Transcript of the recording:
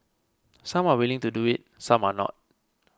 some are willing to do it some are not